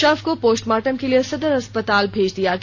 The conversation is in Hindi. शव को पोस्टमार्टम के लिए सदर अस्पताल भेज दिया गया